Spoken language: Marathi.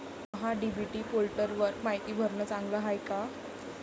महा डी.बी.टी पोर्टलवर मायती भरनं चांगलं हाये का?